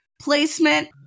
placement